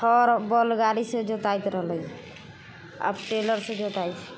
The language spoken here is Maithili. हर बैल गाड़ी से जोतैत रहलै आब टेलर से जोताइत छै